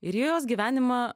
ir į jos gyvenimą